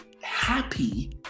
happy